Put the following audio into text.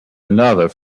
another